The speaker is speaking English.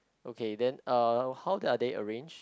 okay then uh how are they arranged